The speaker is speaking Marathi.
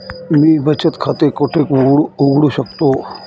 मी बचत खाते कोठे उघडू शकतो?